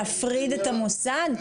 להפריד את המוסד?